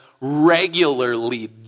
regularly